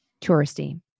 touristy